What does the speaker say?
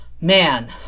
Man